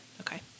Okay